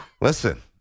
Listen